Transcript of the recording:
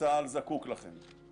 לכם תודה.